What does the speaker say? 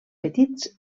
petits